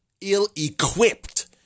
ill-equipped